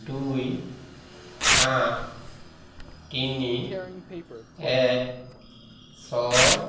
দুই আঠ তিনি এক ছয়